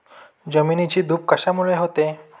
जमिनीची धूप कशामुळे होते?